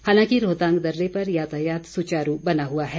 हालांकि रोहतांग दर्रे पर यातायात सुचारू बना हुआ है